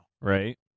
Right